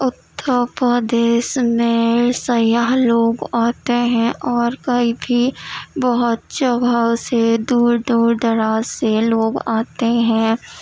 اتر پردیش میں سیاح لوگ آتے ہیں اور کئی بھی بہت جگہ سے دور دور دراز سے لوگ آتے ہیں